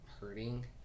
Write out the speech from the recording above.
hurting